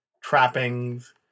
trappings